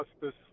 justice